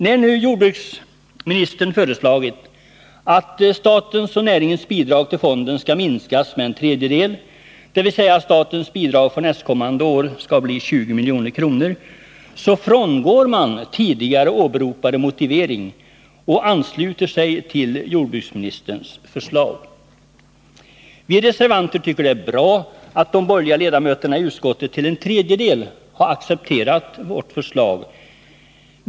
När nu jordbruksministern föreslagit att statens och näringens bidrag till fonden skall minskas med en tredjedel — dvs. att statens bidrag för nästkommande budgetåret skall uppgå till 20 milj.kr. — frångår man tidigare åberopade motivering och ansluter sig till jordbruksministerns förslag. Vi reservanter tycker att det är bra att en tredjedel av de borgerliga ledamöterna i utskottet accepterat vårt förslag.